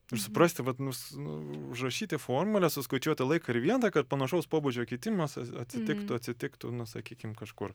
ir suprasti vat nus nu užrašyti formulę suskaičiuoti laiką ir vietą kad panašaus pobūdžio kitimas ats atsitiktų atsitiktų nu sakykim kažkur